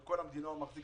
את כל המדינה הוא מחזיק